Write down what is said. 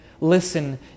listen